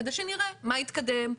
כדי שנראה מה התקדם,